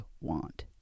want